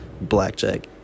blackjack